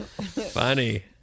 Funny